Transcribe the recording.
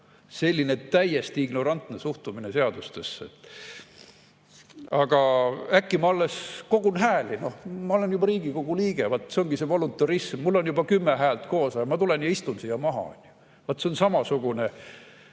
Selline täiesti ignorantne suhtumine seadustesse. Äkki ma alles kogun hääli, aga juba olen Riigikogu liige – see ongi see voluntarism. Mul on juba kümme häält koos, aga ma tulen ja istun siia [saali] maha. Samasugune